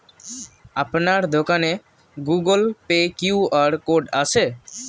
আপনার দোকানে Google Pay QR code আছে?